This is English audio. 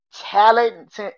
talent